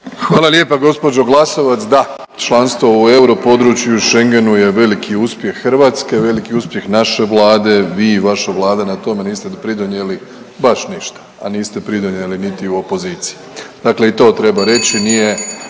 Hvala lijepo gospođo Glasovac, da članstvo u euro području i Schengenu je veliki uspjeh Hrvatske, veliki uspjeh naše Vlade. Vi i vaša Vlada na tome niste dopridonijeli baš ništa, a niste pridonijeli baš ništa, a niste pridonijeli